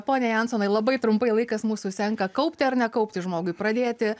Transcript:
pone jansonai labai trumpai laikas mūsų senka kaupti ar nekaupti žmogui pradėti